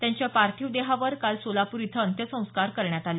त्यांच्या पार्थिव देहावर काल सोलापूर इथं अंत्यसंस्कार करण्यात आले